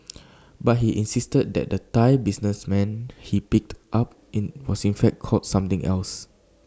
but he insisted that the Thai businessman he picked up in was in fact called something else